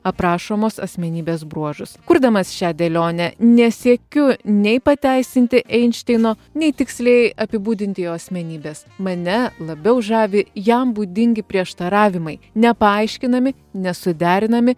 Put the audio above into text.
aprašomos asmenybės bruožus kurdamas šią dėlionę nesiekiu nei pateisinti einšteino nei tiksliai apibūdinti jo asmenybės mane labiau žavi jam būdingi prieštaravimai nepaaiškinami nesuderinami